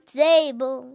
table